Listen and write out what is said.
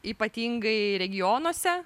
ypatingai regionuose